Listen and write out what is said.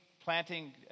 planting